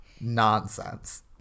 nonsense